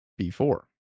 B4